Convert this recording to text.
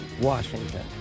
Washington